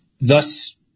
Thus